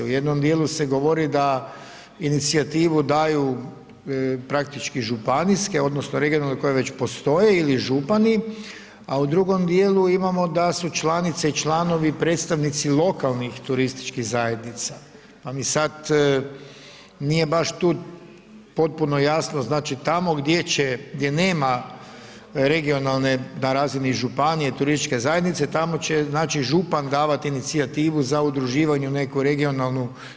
U jednom dijelu se govori da inicijativu daju praktički županijske, odnosno regionalne koje već postoje ili župani a u drugom dijelu imamo da su članice i članovi predstavnici lokalnih turističkih zajednica pa mi sad nije baš tu potpuno jasno, znači tamo gdje će, gdje nema regionalne, na razini županije turističke zajednice tamo će znači župan davati inicijativu za udruživanje u neku regionalnu